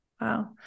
Wow